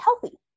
healthy